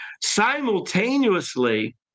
Simultaneously